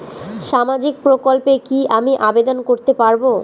সামাজিক প্রকল্পে কি আমি আবেদন করতে পারবো?